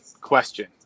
question